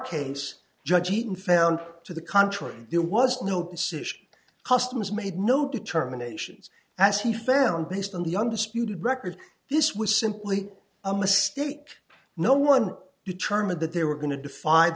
case judge eaton found to the contrary there was no decision customs made no determinations as he found based on the undisputed record this was simply a mistake no one determined that they were going to def